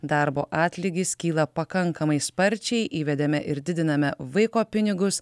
darbo atlygis kyla pakankamai sparčiai įvedėme ir didiname vaiko pinigus